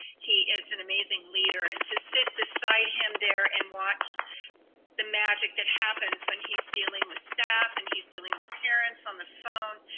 he is an amazing leader. and to sit beside him there and watch the magic that happens when he's dealing with staff and he's dealing with parents on the phone,